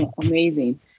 amazing